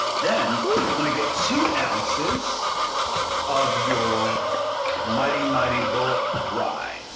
then, i'm gonna get two onces of your mighty, mighty bulleit rye.